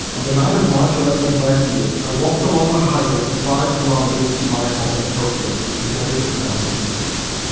on the night of march eleventh last year i walked along a highway the five kilometres to my home in tokyo, together with thousands of people.